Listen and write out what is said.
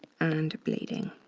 and bleeding.